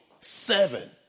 seven